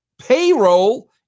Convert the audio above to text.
payroll